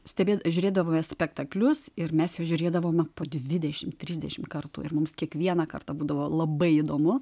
stebė žiūrėdavome spektaklius ir mes juos žiūrėdavome po dvidešimt trisdešimt kartų ir mums kiekvieną kartą būdavo labai įdomu